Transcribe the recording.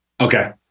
Okay